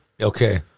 Okay